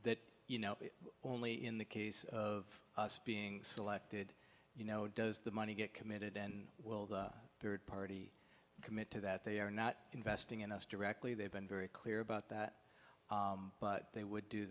that you know only in the case of us being selected you know does the money get committed and will the third party commit to that they are not investing in us directly they've been very clear about that but they would do